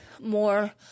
more